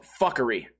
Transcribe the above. fuckery